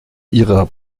ihrer